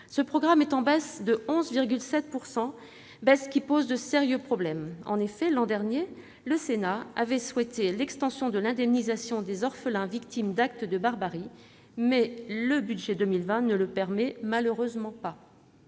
ce programme sont en baisse de 11,7 %; cette baisse pose de sérieux problèmes. En effet, l'an dernier, le Sénat avait souhaité l'extension de l'indemnisation des orphelins de victimes d'actes de barbarie, mais le budget pour 2020 ne le permet malheureusement pas.